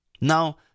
Now